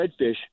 redfish